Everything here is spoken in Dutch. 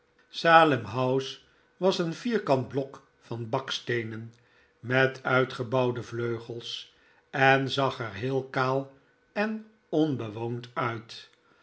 salem house was een vierkant blok van baksteenen met uitgebouwde vleugels eh zag er heel kaal en onbewoond uit